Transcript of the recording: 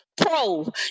Pro